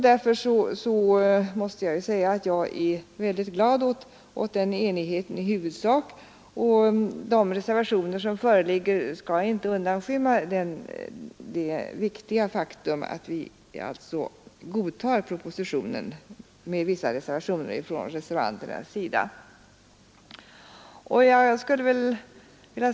Därför är jag väldigt glad över denna enighet i huvudsak. De invändningar som föreligger skall inte undanskymma det viktiga faktum att vi godtar propositionen — med vissa reservationer från reservanternas sida.